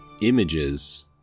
images